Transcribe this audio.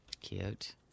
cute